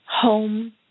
home